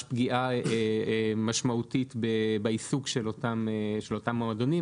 פגיעה משמעותית בעיסוק של אותם מועדונים.